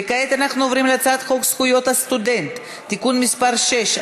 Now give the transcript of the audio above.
וכעת אנחנו עוברים להצעת חוק זכויות הסטודנט (תיקון מס' 6),